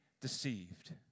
deceived